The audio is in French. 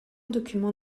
document